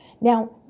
Now